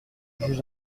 juge